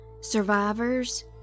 survivors